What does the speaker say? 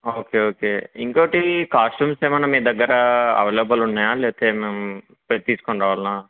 okay okay ఇంకోటి costumes ఏమన్నా మీ దగ్గర అవైలబుల్ ఉన్నాయా లేతే మేము పోయి తీసుకొని రావాల్నా